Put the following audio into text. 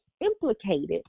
implicated